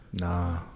Nah